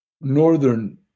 northern